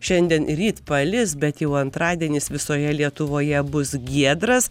šiandien ryt palis bet jau antradienis visoje lietuvoje bus giedras